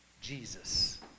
Jesus